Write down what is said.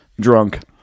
drunk